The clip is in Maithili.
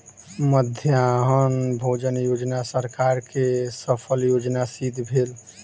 मध्याह्न भोजन योजना सरकार के सफल योजना सिद्ध भेल